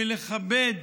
מלכבד